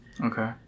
okay